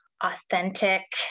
authentic